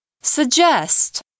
Suggest